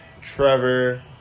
Trevor